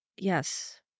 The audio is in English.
Yes